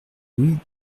louis